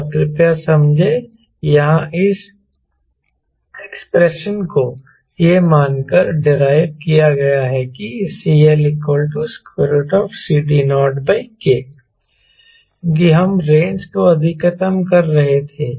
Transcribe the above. और कृपया समझें यहाँ इस एक्सप्रेशन को यह मानकर डिराईव किया गया है कि CL CD0K क्योंकि हम रेंज को अधिकतम कर रहे थे